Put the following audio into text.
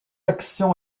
action